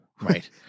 right